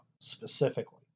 specifically